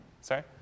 Sorry